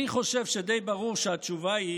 אני חושב שדי ברור שהתשובה היא